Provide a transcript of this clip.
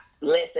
listen